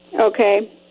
Okay